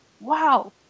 wow